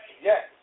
Yes